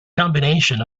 combination